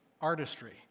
artistry